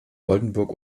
oldenburg